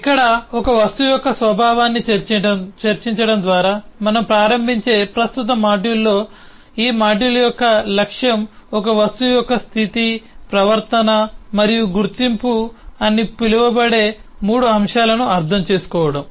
ఇక్కడ ఒక వస్తువు యొక్క స్వభావాన్ని చర్చించడం ద్వారా మనం ప్రారంభించే ప్రస్తుత మాడ్యూల్లో ఈ మాడ్యూల్ యొక్క లక్ష్యం ఒక వస్తువు యొక్క స్థితి ప్రవర్తన మరియు గుర్తింపుstate behavior and identity అని పిలువబడే మూడు అంశాలను అర్థం చేసుకోవడం